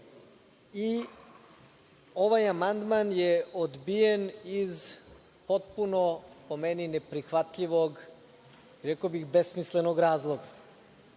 i ovaj amandman je odbijen iz potpuno po meni neprihvatljivog, rekao bih besmislenog razloga. Mi